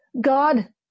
God